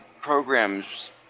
programs